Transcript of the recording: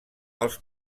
els